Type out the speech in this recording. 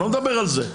אני לא מדבר על זה.